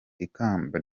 ikamba